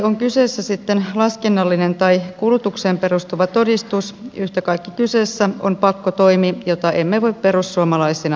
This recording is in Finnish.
on kyseessä sitten laskennallinen tai kulutukseen perustuva todistus yhtä kaikki kyseessä on pakkotoimi jota emme voi perussuomalaisina hyväksyä